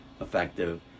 effective